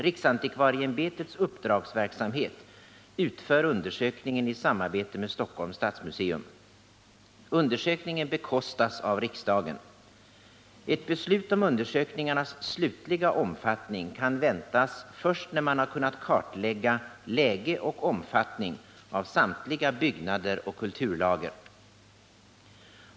Riksantikvarieämbetets uppdragsverksamhet utför undersökningen i samarbete med Stockholms stadsmuseum. Undersökningen bekostas av riksdagen. Ett beslut om undersökningarnas slutliga omfattning kan väntas först när man har kunnat kartlägga läge och omfattning av samtliga byggnader och kulturlager.